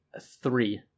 three